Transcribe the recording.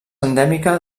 endèmica